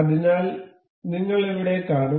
അതിനാൽ നിങ്ങൾ ഇവിടെ കാണും